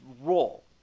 role